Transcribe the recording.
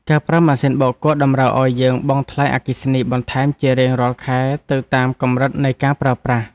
ការប្រើម៉ាស៊ីនបោកគក់តម្រូវឱ្យយើងបង់ថ្លៃអគ្គិសនីបន្ថែមជារៀងរាល់ខែទៅតាមកម្រិតនៃការប្រើប្រាស់។